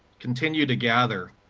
continue to gather,